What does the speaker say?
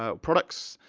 ah products.